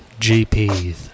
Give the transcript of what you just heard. GPs